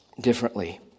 differently